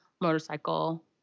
motorcycle